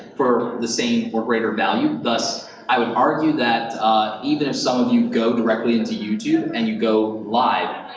for the same or greater value, thus i would argue that even if some of you go directly into youtube and you go live,